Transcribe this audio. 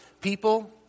people